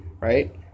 right